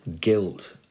guilt